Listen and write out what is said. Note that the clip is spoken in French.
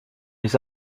les